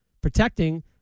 protecting